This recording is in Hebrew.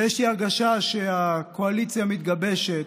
ויש לי הרגשה שהקואליציה המתגבשת,